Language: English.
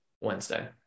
wednesday